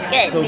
Good